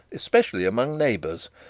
especially among neighbours.